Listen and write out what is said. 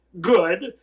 good